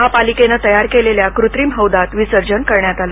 महापालिकेनं तयार केलेल्या क्रत्रिम हौदात विसर्जन करण्यात आलं